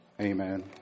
amen